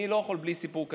אני לא יכול בלי סיפור קצר.